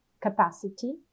capacity